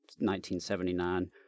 1979